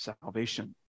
salvation